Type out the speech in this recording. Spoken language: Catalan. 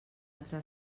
altre